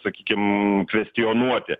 sakykim kvestionuoti